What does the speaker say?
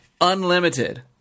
unlimited